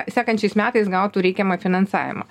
sekančiais metais gautų reikiamą finansavimą